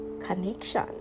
connection